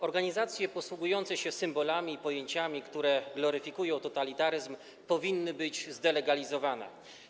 Organizacje posługujące się symbolami i pojęciami, które gloryfikują totalitaryzm, powinny być zdelegalizowane.